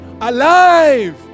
alive